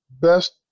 Best